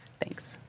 Thanks